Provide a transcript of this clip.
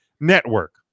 network